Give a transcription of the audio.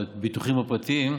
הביטוחים הפרטיים,